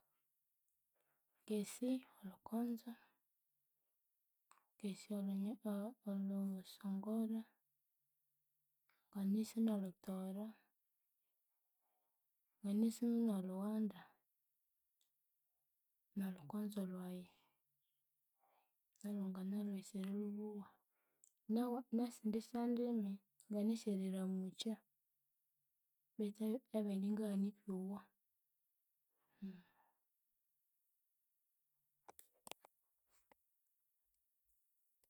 Ngesi olhukonzo, ngasi olhu olhusongora, nganasi no lhutooro, nganasi nolhughanda, nolhukonzo lwayi, nalu nganalwasi erilhubugha, nawu nesindi syandimi, nganasi eriramukya betu ebindi ingaghana eribyowa